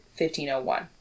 1501